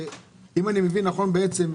אם אני מבין נכון בעצם,